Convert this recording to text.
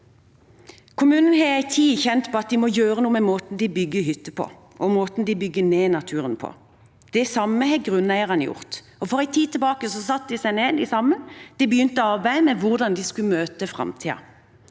Kommunen har i en tid kjent på at de må gjøre noe med måten de bygger hyttene på, og måten de bygger ned naturen på, og det samme har grunneierne gjort. For en tid tilbake satte de seg ned sammen og begynte arbeidet med hvordan de skulle møte framtiden.